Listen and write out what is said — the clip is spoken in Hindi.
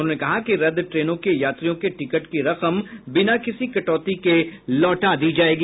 उन्होंने कहा कि रद्द ट्रेनों के यात्रियों के टिकट की रकम बिना किसी कटौती के लौटा दी जायेगी